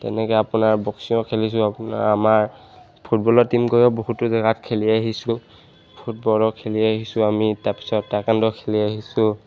তেনেকৈ আপোনাৰ বক্সিঙো খেলিছোঁ আপোনাৰ আমাৰ ফুটবলৰ টিম গৈও বহুতো জেগাত খেলি আহিছোঁ ফুটবলৰ খেলি আহিছোঁ আমি তাৰপিছত টাইকাণ্ডো খেলি আহিছোঁ